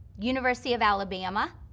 university of alabama,